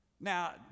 Now